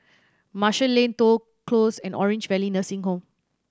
Marshall Lane Toh Close and Orange Valley Nursing Home